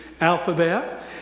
alphabet